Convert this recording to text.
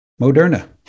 Moderna